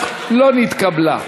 החוק לא נתקבלה.